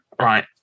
Right